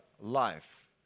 life